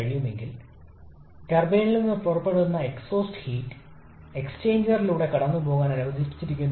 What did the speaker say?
അതിനാൽ നിർദ്ദിഷ്ട പവർ എന്നത് യൂണിറ്റ് മാസ് ഫ്ലോ റേറ്റിലെ വർക്ക് output ട്ട്പുട്ട് നിരക്ക് മാത്രമാണ്